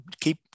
keep